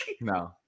no